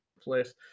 place